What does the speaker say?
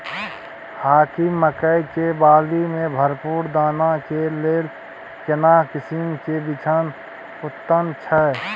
हाकीम मकई के बाली में भरपूर दाना के लेल केना किस्म के बिछन उन्नत छैय?